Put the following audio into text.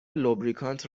لوبریکانت